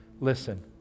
listen